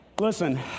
Listen